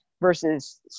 versus